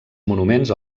monuments